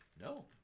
No